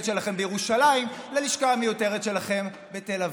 שלכם בירושלים ללשכה המיותרת שלכם בתל אביב.